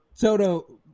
Toto